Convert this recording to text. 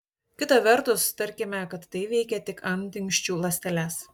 kita vertus tarkime kad tai veikia tik antinksčių ląsteles